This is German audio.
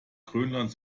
grönland